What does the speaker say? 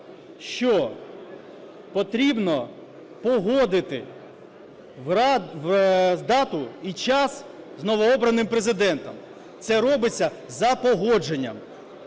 що потрібно погодити дату і час з новобраним Президентом, це робиться за погодженням.